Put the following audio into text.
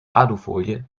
alufolie